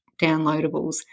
downloadables